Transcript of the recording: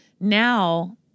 now